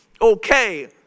okay